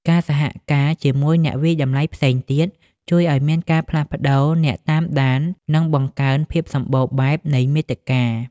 ការសហការជាមួយអ្នកវាយតម្លៃផ្សេងទៀត ជួយឱ្យមានការផ្លាស់ប្តូរអ្នកតាមដាន និងបង្កើនភាពសម្បូរបែបនៃមាតិកា។